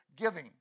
Giving